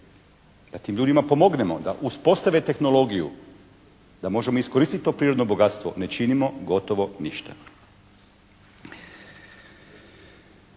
da tim ljudima pomognemo da uspostave tehnologiju, da možemo iskoristiti to prirodno bogatstvo ne činimo gotovo ništa.